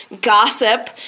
gossip